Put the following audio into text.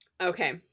Okay